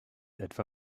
etwa